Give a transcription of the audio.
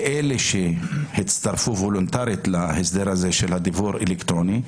לאלה שהצטרפו וולונטרית להסדר הזה של הדיוור האלקטרוני,